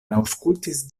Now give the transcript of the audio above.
aŭskultis